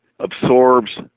absorbs